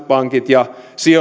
ja